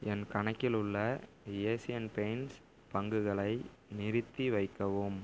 என் கணக்கில் உள்ள Asian Paints பங்குகளை நிறுத்தி வைக்கவும்